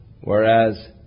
whereas